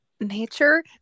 Nature